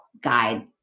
guide